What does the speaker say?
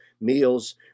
meals